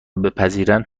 بپذیرند